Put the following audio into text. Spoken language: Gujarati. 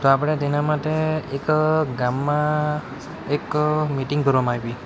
તો આપણે તેના માટે એક ગામમાં એક મીટિંગ ભરવામાં આવી